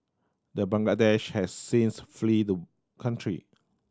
the Bangladeshi has since flee the country